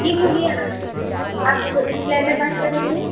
جی مجھے اپ آپ ویڈنگ پلائنر بات کر رہی ہیں